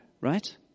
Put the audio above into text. right